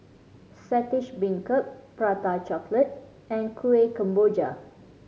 Saltish Beancurd Prata Chocolate and Kuih Kemboja